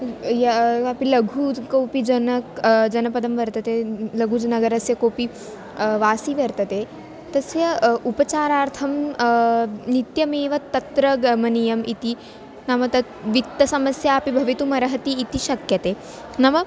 यः अपि लघु द् कोपि जनकः जनपदं वर्तते लघुनगरस्य कोपि वासी वर्तते तस्य उपचारार्थं नित्यमेव तत्र गमनीयम् इति नाम तत् वित्तसमस्यापि भवितुमर्हति इति शक्यते नाम